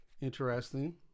interesting